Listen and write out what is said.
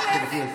א.